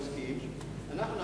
והוא הסכים,